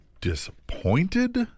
disappointed